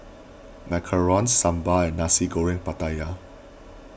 Macarons Sambal and Nasi Goreng Pattaya